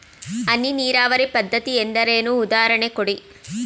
ಹನಿ ನೀರಾವರಿ ಪದ್ಧತಿ ಎಂದರೇನು, ಉದಾಹರಣೆ ಕೊಡಿ?